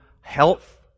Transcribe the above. health